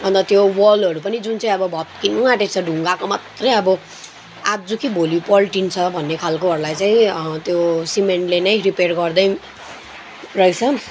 अन्त त्यो वलहरू पनि जुन चाहिँ अब भत्किनु आँटेको छ ढुङ्गाको मात्रै अब आज कि भोलि पल्टिन्छ भन्ने खालकोहरूलाई चाहिँ त्यो सिमेन्टले नै रिप्येर गर्दै रहेछ